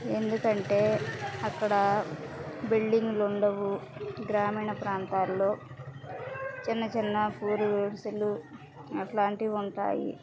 ఎందుకంటే అక్కడ బిల్డింగ్లు ఉండవు గ్రామీణ ప్రాంతాల్లో చిన్న చిన్న పూరి గుడిసెలు అట్లాంటివి ఉంటాయి